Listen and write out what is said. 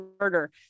murder